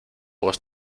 voz